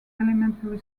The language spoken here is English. elementary